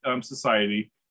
society